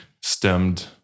stemmed